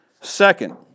Second